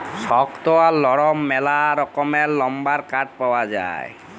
শক্ত আর লরম ম্যালা রকমের লাম্বার কাঠ পাউয়া যায়